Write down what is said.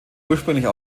ursprünglich